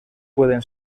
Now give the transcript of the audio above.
pueden